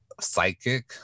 Psychic